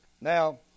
Now